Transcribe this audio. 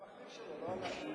חשבתי שאתה מדבר כבר על המחליף שלו.